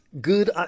good